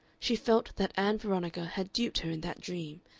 she felt that ann veronica had duped her in that dream,